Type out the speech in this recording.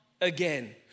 again